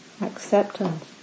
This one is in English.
acceptance